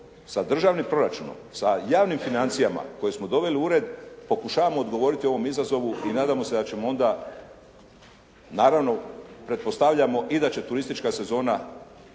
sa državnim proračunom, sa javnim financijama koje smo doveli u red, pokušavamo odgovoriti ovom izazovu i nadamo se da ćemo onda, naravno pretpostavljamo i da će turistička sezona